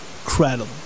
Incredible